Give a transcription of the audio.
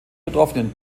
betroffenen